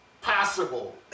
possible